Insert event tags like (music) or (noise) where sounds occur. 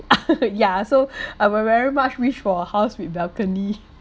(laughs) ya so I will very much wish for a house with balcony